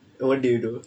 what do you do